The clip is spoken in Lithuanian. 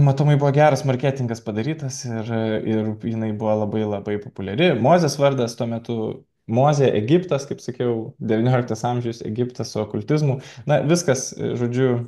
matomai buvo geras marketingas padarytas ir ir jinai buvo labai labai populiari mozės vardas tuo metu mozė egiptas kaip sakiau devynioliktas amžius egiptas su okultizmu na viskas žodžiu